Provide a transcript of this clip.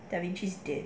da vinci is good